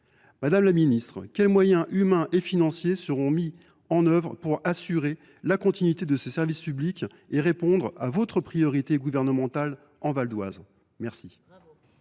Madame la ministre, quels moyens humains et financiers seront mis en œuvre pour assurer la continuité de ce service public et répondre à votre priorité gouvernementale dans le Val d’Oise ? Bravo